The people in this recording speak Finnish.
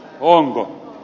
onko